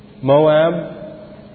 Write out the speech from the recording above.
Moab